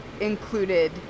included